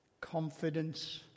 confidence